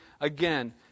again